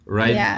right